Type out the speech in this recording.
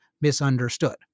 misunderstood